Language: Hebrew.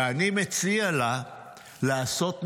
ואני מציע לה לעשות מרובע.